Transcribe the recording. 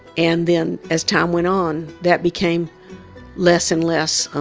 and then as time went on that became less and less